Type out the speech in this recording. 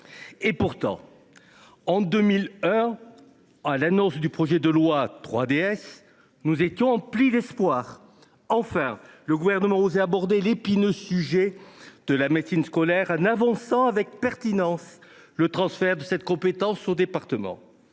! Pourtant, en 2001, à l’annonce du projet de loi 3DS, nous étions emplis d’espoir. Enfin, le Gouvernement osait aborder l’épineux sujet de la médecine scolaire, en avançant avec pertinence l’idée du transfert de cette compétence aux départements.